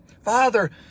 Father